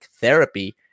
therapy